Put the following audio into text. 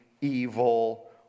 evil